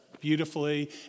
beautifully